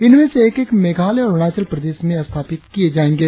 इनमें से एक एक मेघालय और अरुणाचल प्रदेश में स्थापित किए जाएगें